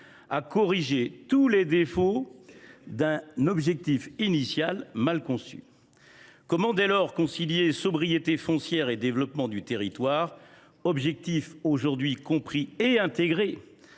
à corriger tous les défauts d’un objectif initial mal conçu. Comment, dès lors, concilier sobriété foncière et développement du territoire, ces objectifs aujourd’hui compris et intégrés